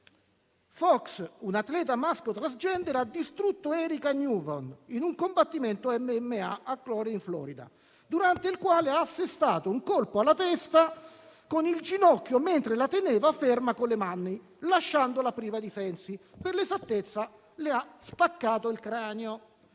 Fox, un atleta maschio *transgender*, ha distrutto Erika Newsome in un combattimento MMA in Florida, durante il quale ha assestato un colpo alla testa con il ginocchio mentre la teneva ferma con le mani, lasciandola priva di sensi. Per l'esattezza, le ha spaccato il cranio.